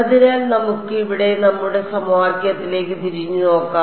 അതിനാൽ നമുക്ക് ഇവിടെ നമ്മുടെ സമവാക്യത്തിലേക്ക് തിരിഞ്ഞുനോക്കാം